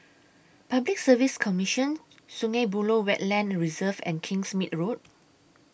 Public Service Commission Sungei Buloh Wetland Reserve and Kingsmead Road